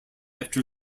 after